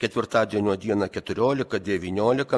ketvirtadienio dieną keturiolika devyniolika